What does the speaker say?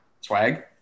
Swag